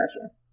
pressure